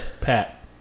Pat